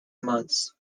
months